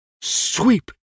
sweep